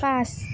পাঁচ